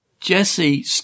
Jesse